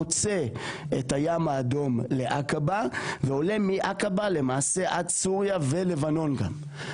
חוצה את הים האדום לעקבה ועולה מעקבה למעשה עד סוריה ולבנון גם.